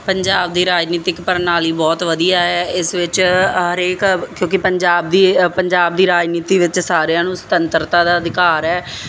ਪੰਜਾਬ ਦੀ ਰਾਜਨੀਤਿਕ ਪ੍ਰਣਾਲੀ ਬਹੁਤ ਵਧੀਆ ਹੈ ਇਸ ਵਿੱਚ ਹਰੇਕ ਕਿਉਂਕਿ ਪੰਜਾਬ ਦੀ ਪੰਜਾਬ ਦੀ ਰਾਜਨੀਤੀ ਵਿੱਚ ਸਾਰਿਆਂ ਨੂੰ ਸੁਤੰਤਰਤਾ ਦਾ ਅਧਿਕਾਰ ਹੈ